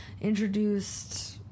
introduced